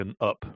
up